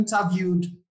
interviewed